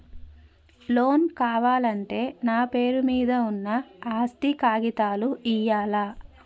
Loan కావాలంటే నా పేరు మీద ఉన్న ఆస్తి కాగితాలు ఇయ్యాలా?